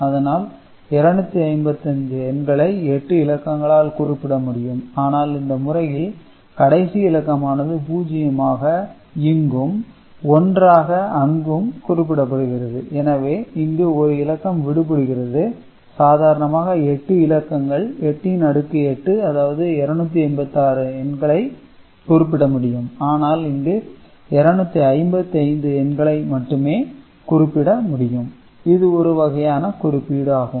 அதனால் 255 எண்களை 8 இலக்கங்களால் குறிப்பிட முடியும் ஆனால் இந்த முறையில் கடைசி இலக்கமானது பூஜ்ஜியமாக இங்கும் 1 ஆக அங்கும் குறிப்பிடப்படுகிறது எனவே இங்கு ஒரு இலக்கம் விடுபடுகிறது சாதாரணமாக 8 இலக்கங்கள் 8 ன் அடுக்கு 8 அதாவது 256 எண்களை குறிப்பிட முடியும் ஆனால் இங்கு 255 எண்களை மட்டும் குறிப்பிட முடியும் இது ஒரு வகையான குறிப்பீடு ஆகும்